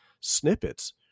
snippets